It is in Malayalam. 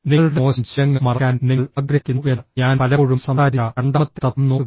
നിങ്ങളുടെ മോശം ശീലങ്ങൾ മറയ്ക്കാൻ നിങ്ങൾ ആഗ്രഹിക്കുന്നുവെന്ന് ഞാൻ പലപ്പോഴും സംസാരിച്ച രണ്ടാമത്തെ തത്വം നോക്കുക